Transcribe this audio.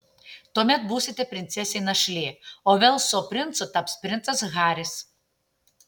tuomet būsite princesė našlė o velso princu taps princas haris